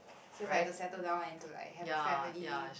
so it's like to settle down and to like have a family